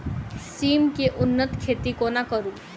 सिम केँ उन्नत खेती कोना करू?